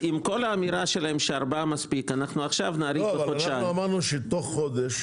עם כל האמירה שלהם שארבעה מספיק- -- אמרנו שיבואו עוד חודש.